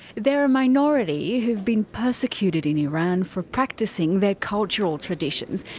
they're a minority who have been persecuted in iran for practicing their cultural traditions,